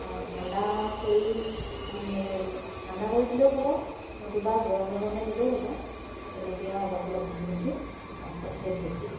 ঠাণ্ডা কৰি ঠাণ্ডা কৰি দিলেও হ'ব নতুবা গৰমে গৰমে দিলেও হ'ব সেই তেনেকৈ আৰু অলপ অলপ ভাজি ভাজি তাৰপিছত সেই ঢেকীত